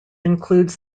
includes